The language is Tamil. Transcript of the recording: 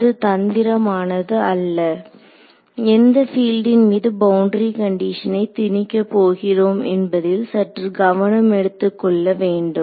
அது தந்திரம் ஆனது அல்ல எந்த பீல்டின் மீது பவுண்டரி கண்டிஷனை திணிக்கப் போகிறோம் என்பதில் சற்று கவனம் எடுத்துக்கொள்ள வேண்டும்